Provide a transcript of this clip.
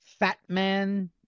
Fatman